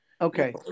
Okay